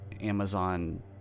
Amazon